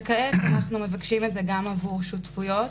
וכעת אנו מבקשים את זה גם עבור שותפויות,